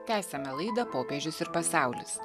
tęsiame laidą popiežius ir pasaulis